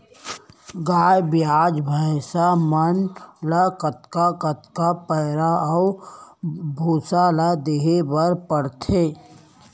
गाय ब्याज भैसा मन ल कतका कन पैरा अऊ भूसा ल देये बर पढ़थे?